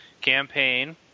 campaign